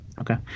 Okay